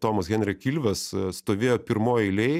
tomas henrik ilves stovėjo pirmoj eilėj